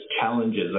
challenges